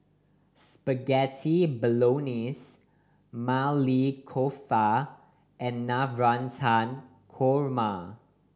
Spaghetti Bolognese Maili Kofta and Navratan Korma